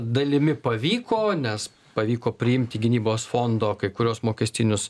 dalimi pavyko nes pavyko priimti gynybos fondo kai kuriuos mokestinius